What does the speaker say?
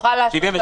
שעות.